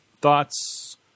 thoughts